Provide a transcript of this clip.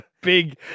big